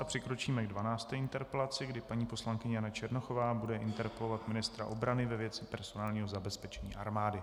Přikročíme k 12. interpelaci, kdy paní poslankyně Jana Černochová bude interpelovat ministra obrany ve věci personálního zabezpečení armády.